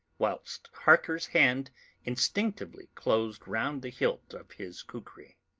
whilst harker's hand instinctively closed round the hilt of his kukri.